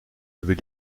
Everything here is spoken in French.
lever